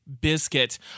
Biscuit